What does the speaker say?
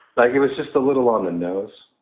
like it was just a little on the nose.